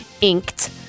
inked